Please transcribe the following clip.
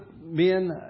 men